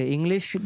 English